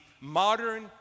modern